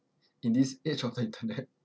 in this age of the internet